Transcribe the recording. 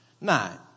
nine